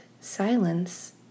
silence